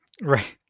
Right